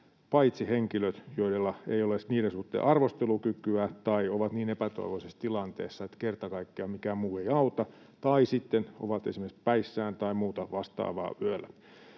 paitsi henkilöt, joilla ei ole niiden suhteen arvostelukykyä tai jotka ovat niin epätoivoisessa tilanteessa, että kerta kaikkiaan mikään muu ei auta, tai sitten henkilöt, jotka ovat esimerkiksi päissään tai muuta vastaavaa yöllä.